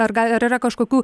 ar gal ir yra kažkokių